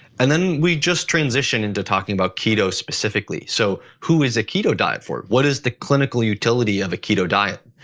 and then we just transition into talking about keto specifically. so who is a keto diet for? what is the clinical utility of a keto diet?